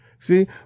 See